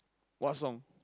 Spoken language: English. what song